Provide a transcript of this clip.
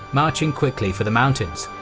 marching quickly for the mountains.